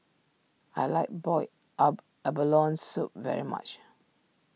I like boiled up Abalone Soup very much